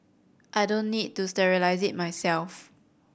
I don't need to sterilise it myself